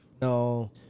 No